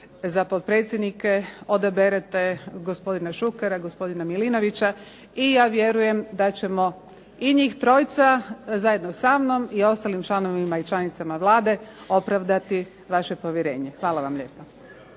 za potpredsjednike odaberete gospodina Šukera, gospodina Milinovića i ja vjerujem da ćemo i njih trojica zajedno sa mnom i ostalim članovima i članicama Vlade opravdati vaše povjerenje. Hvala vam lijepa.